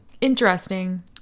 Interesting